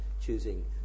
choosing